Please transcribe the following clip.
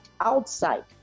outside